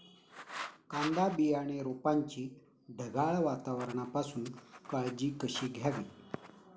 कांदा बियाणे रोपाची ढगाळ वातावरणापासून काळजी कशी घ्यावी?